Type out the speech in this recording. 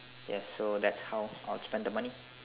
yes so that's how I would spend the money